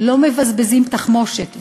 לא מבזבזים תחמושת.